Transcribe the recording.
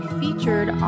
featured